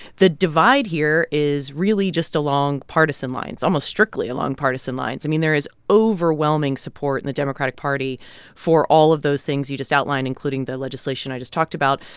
the divide here is really just along partisan lines, almost strictly along partisan lines. i mean, there is overwhelming support in the democratic party for all of those things you just outlined, including the legislation i just talked about.